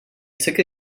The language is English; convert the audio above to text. took